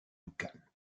locale